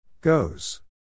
Goes